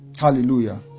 Hallelujah